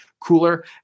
cooler